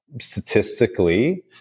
statistically